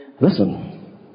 Listen